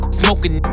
smoking